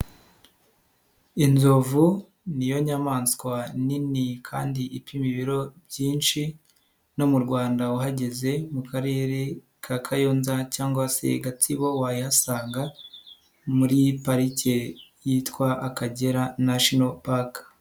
Inzovu ni yo nyamaswa nini kandi ipima ibiro byinshi, no mu Rwanda uhageze mu karere ka Kayonza cyangwa se Gatsibo wayihasanga muri parike yitwa Akagera National Park.